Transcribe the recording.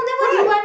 right